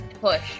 push